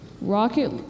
Rocket